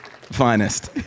finest